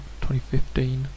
2015